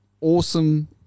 awesome